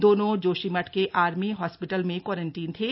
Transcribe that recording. दोनों जोशीमठ के army hospital में क्वारंटीन थे